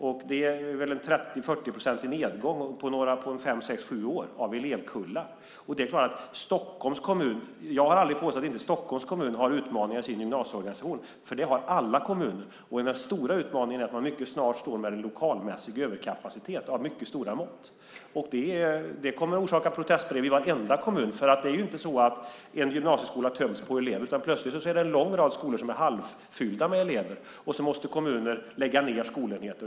Det är väl 30-40 procents nedgång av elevkullar på fem till sju år. Jag har aldrig påstått att inte Stockholms kommun har utmaningar i sin gymnasieorganisation. Det har alla kommuner. Den stora utmaningen är att man mycket snart står med en lokalmässig överkapacitet av mycket stora mått. Det kommer att orsaka protestbrev i varje kommun. Det är ju inte så att en gymnasieskola töms på elever utan plötsligt är det en lång rad skolor som är halvfyllda med elever. Och så måste kommuner lägga ned skolenheter.